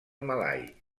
malai